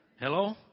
Hello